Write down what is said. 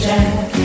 Jack